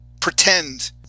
pretend